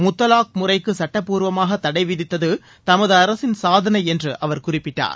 முத்தலாக் முறைக்கு சுட்டப்பூர்வமாக தடை விதித்தது தமது அரசின் சாதனை என்று அவர் குறிப்பிட்டார்